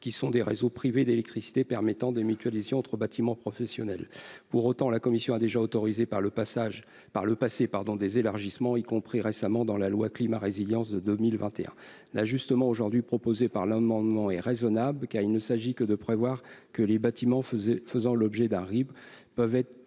qui sont des réseaux privés d'électricité permettant des mutualisations entre bâtiments professionnels. La commission a déjà autorisé par le passé des élargissements, y compris récemment dans la loi Climat et résilience de 2021. L'ajustement prévu au travers de l'amendement est raisonnable, car il ne s'agit que de prévoir que les bâtiments faisant l'objet d'un RIB puissent être